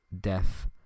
death